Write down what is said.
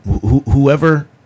Whoever